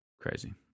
Crazy